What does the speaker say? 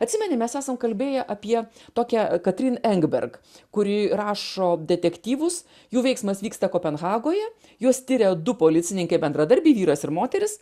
atsimeni mes esam kalbėję apie tokią katrine engberk kuri rašo detektyvus jų veiksmas vyksta kopenhagoje juos tiria du policininkai bendradarbiai vyras ir moteris